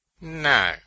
No